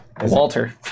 Walter